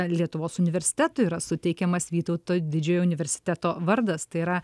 lietuvos universitetui yra suteikiamas vytauto didžiojo universiteto vardas tai yra